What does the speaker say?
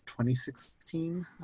2016